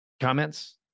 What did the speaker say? comments